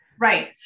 Right